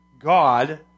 God